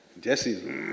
Jesse